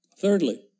Thirdly